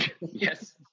Yes